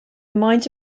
mines